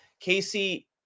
Casey